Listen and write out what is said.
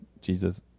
Jesus